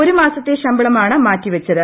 ഒരുമാസത്തെ ശമ്പളമാണ് മാറ്റിവെച്ചത്